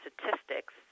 statistics